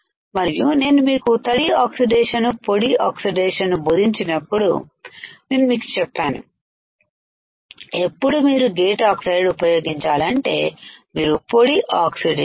మరియు నేను మీకు తడి ఆక్సిడేషన్ పొడి ఆక్సిడేషన్ బోధించినప్పుడు నేను మీకు చెప్పాను ఎప్పుడు మీరు గేటు ఆక్సైడ్ ఉపయోగించాలంటే మీరు పొడి ఆక్సిడేషన్